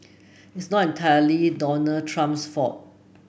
it's not entirely Donald Trump's fault